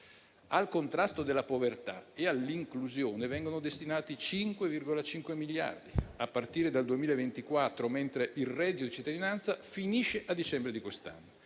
Al contrasto della povertà e all'inclusione vengono destinati 5,5 miliardi, a partire dal 2024, mentre il reddito di cittadinanza finisce a dicembre di quest'anno.